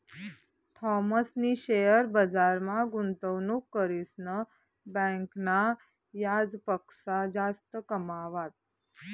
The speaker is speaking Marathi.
थॉमसनी शेअर बजारमा गुंतवणूक करीसन बँकना याजपक्सा जास्त कमावात